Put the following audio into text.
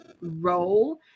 role